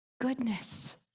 goodness